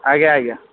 ଆଜ୍ଞା ଆଜ୍ଞା